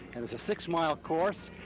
and it's a six-mile course,